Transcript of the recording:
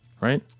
right